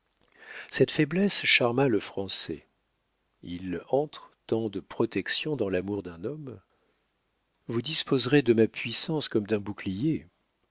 cette faiblesse charma le français il entre tant de protection dans l'amour d'un homme vous disposerez de ma puissance comme d'un bouclier